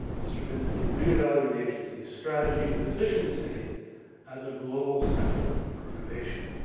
mr. pinsky reevaluated the agency's strategy to position the city as a global center for innovation.